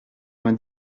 vingt